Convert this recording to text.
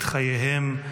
את חייהם,